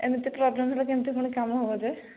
ଏମିତି ପ୍ରୋବ୍ଲେମ୍ ହେଲେ କେମିତି ପୁଣି କାମ ହେବ ଯେ